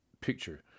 picture